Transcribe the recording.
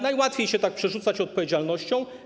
Najłatwiej się tak przerzucać odpowiedzialnością.